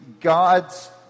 god's